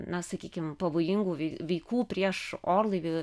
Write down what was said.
na sakykim pavojingų vei veikų prieš orlaivį